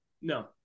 No